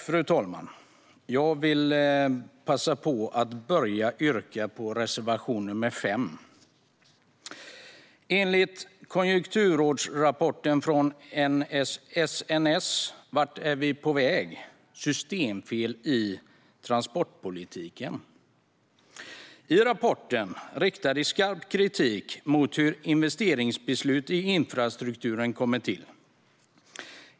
Fru talman! Jag börjar med att yrka bifall till reservation 5. I konjunkturrådsrapporten från SNS, Vart är vi på väg? Systemfel i transportpolitiken , riktas skarp kritik mot hur investeringsbeslut i infrastrukturen kommer till.